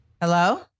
hello